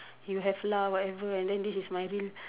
you have lah whatever and then this is my real